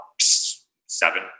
seven